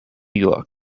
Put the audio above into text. york